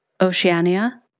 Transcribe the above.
Oceania